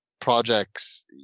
projects